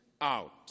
out